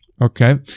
Okay